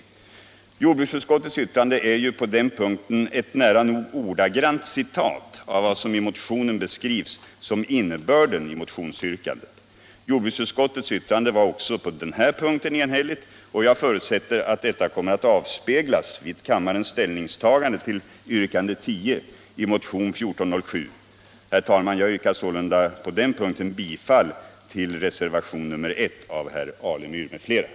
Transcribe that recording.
Jordbruksutskottets yttrande är på den punkten nära nog ett ordagrant citat ur motionens redovisning av innebörden av motionsyrkandet. Jordbruksutskottets yttrande var också på denna punkt enhälligt, och jag förutsätter att detta kommer att avspeglas vid kammarens ställningstagande till yrkande 10 i motionen 1407.